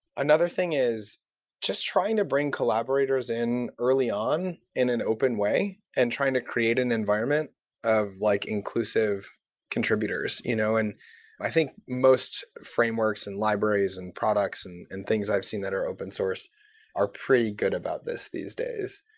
another thing is just trying to bring collaborators in early no in an open way and trying to create an environment of like inclusive contributors. you know i think most frameworks, and libraries, and products, and and things i've seen that are open-source are pretty good about this these days.